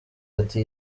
ati